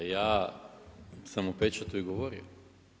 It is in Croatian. Ja sam o pečatu i govorio.